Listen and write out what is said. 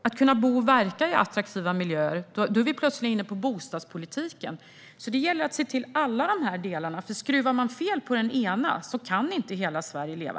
Att kunna bo och verka i attraktiva miljöer handlar även om bostadspolitik. Det gäller att se till alla dessa delar. För om man skruvar fel i en av dem kan inte hela Sverige leva.